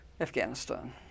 Afghanistan